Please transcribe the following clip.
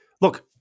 look